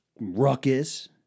Ruckus